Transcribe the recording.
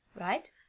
right